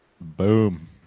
Boom